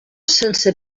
sense